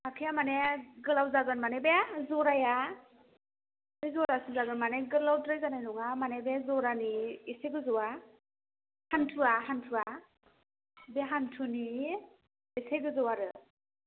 आखाया माने गोलाव जागोन माने बे जराया बे जरासिम जागोन माने गोलावद्राय जानाय नङा मानि बे जरानि एसे गोजौआ हान्थुआ हान्थुआ बे हान्थुनि एसे गोजौ आरो